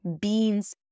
beans